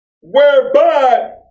Whereby